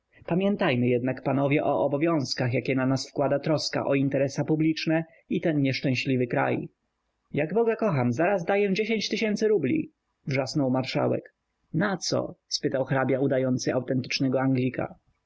pamiętajmy jednak panowie o obowiązkach jakie na nas wkłada troska o interesa publiczne i ten nieszczęśliwy kraj jak boga kocham zaraz daję dziesięć tysięcy rubli wrzasnął marszałek na co spytał hrabia udający autentycznego anglika